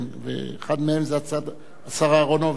אחד מהם זה השר אהרונוביץ.